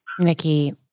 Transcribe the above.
Nikki